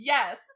Yes